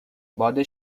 باد